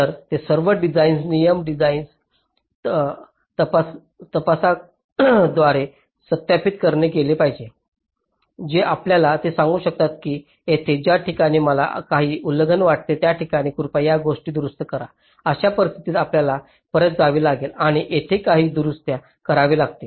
तर ते सर्व डिझाइन नियम डिझाइन नियम तपासकांद्वारे सत्यापित केले गेले आहेत जे आपल्याला हे सांगू शकतात की येथे ज्या ठिकाणी मला काही उल्लंघन वाटले त्या ठिकाणी कृपया या गोष्टी दुरुस्त करा अशा परिस्थितीत आपल्याला परत जावे लागेल आणि तेथे काही दुरुस्त्या कराव्या लागतील